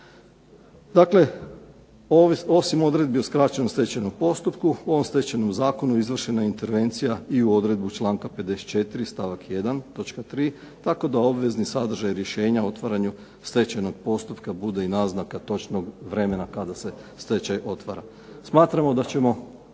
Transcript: Dakle, osim odredbi o skraćenom stečajnom postupku u ovom Stečajnom zakonu izvršena je intervencija i u odredbu članka 54. stavak 1. točka 3. tako da obvezni sadržaj rješenja o otvaranju stečajnog postupka bude i naznaka točnog vremena kada se stečaj otvara. Smatramo da ćemo